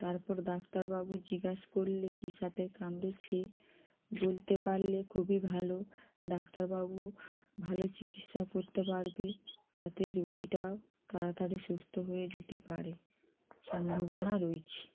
তারপর ডাক্তারবাবু জিজ্ঞাসা করলে কী সাপে কামড়েছে বলতে পারলে খুবই ভালো ডাক্তারবাবু ভালো চিকিৎসা করতে পারবে তাতে রুগিটাও তাড়াতাড়ি সুস্থ হয়ে যেতে পারে সম্ভবনা রয়েছে